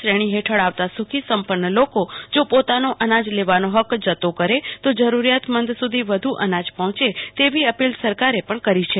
શ્રેણી આવતા સુખી સંપન્ન લોકો જો પોતાનો અનાજ લેવાનો ફક્ક જતો કરે તો જરૂરિયાતમંદ સુધી વધુ અનાજ પફોંચે તેવી અપીલ સરકારે પણ કરી છે